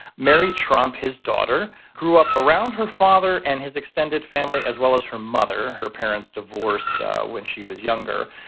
mary trump, his daughter, grew up around her father and his extended family, as well as her mother. her parents divorced when she was younger.